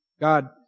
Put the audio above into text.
God